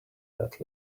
that